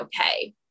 okay